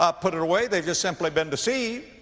ah put it away. they've just simply been deceived.